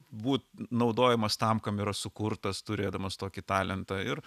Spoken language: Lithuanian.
būt naudojamas tam kam yra sukurtas turėdamas tokį talentą ir